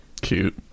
Cute